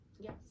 Yes